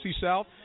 South